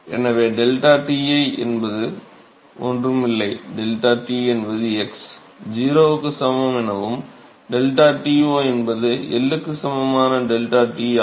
எனவே ΔTi என்பது ஒன்றும் இல்லை ΔT என்பது x 0க்கு சமம் எனவும் ΔTo என்பது L க்கு சமமான ΔT ஆகும்